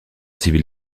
civile